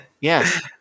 Yes